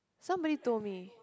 somebody told me